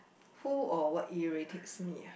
who or what irritates me ah